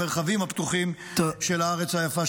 המרחבים הפתוחים של הארץ היפה שלנו.